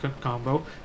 combo